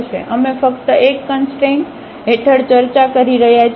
તેથી અમે ફક્ત એક કંસટ્રેન હેઠળ ચર્ચા કરી રહ્યા છીએ